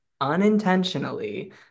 unintentionally